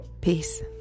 Peace